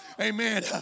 Amen